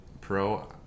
pro